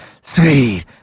sweet